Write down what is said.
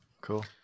Cool